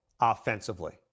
offensively